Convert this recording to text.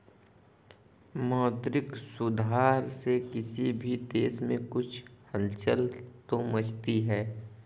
मौद्रिक सुधार से किसी भी देश में कुछ हलचल तो मचती है